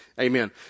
Amen